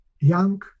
young